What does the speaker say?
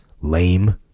lame